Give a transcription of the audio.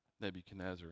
Nebuchadnezzar